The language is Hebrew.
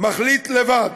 "מחליט לבד.